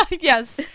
yes